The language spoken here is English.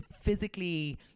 physically